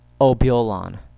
Obiolan